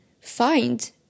find